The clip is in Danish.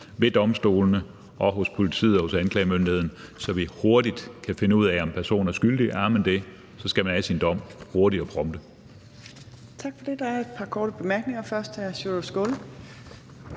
ved domstolene og hos politiet og hos anklagemyndigheden, så vi hurtigt kan finde ud af, om en person er skyldig, og er man det, skal man have sin dom hurtigt og prompte.